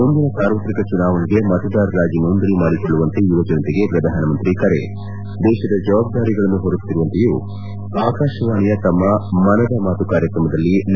ಮುಂದಿನ ಸಾರ್ವತ್ರಿಕ ಚುನಾವಣೆಗೆ ಮತದಾರರಾಗಿ ನೊಂದಣಿ ಮಾಡಿಕೊಳ್ಳುವಂತೆ ಯುವಜನತೆಗೆ ಪ್ರಧಾನಮಂತ್ರಿ ಕರೆ ದೇಶದ ಜವಾಬ್ಲಾರಿಗಳನ್ನು ಹೊರುವಂತೆಯೂ ಆಕಾಶವಾಣಿಯ ತಮ್ಮ ಮನದ ಮಾತು ಕಾರ್ಯಕ್ರಮದಲ್ಲಿ ನರೇಂದ್ರ ಮೋದಿ ಕರೆ